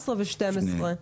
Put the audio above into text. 11 ו-12?